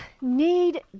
need